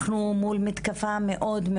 אנחנו מול מתקפה קשה מאוד.